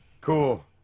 cool